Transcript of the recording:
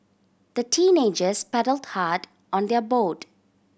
the teenagers paddled hard on their boat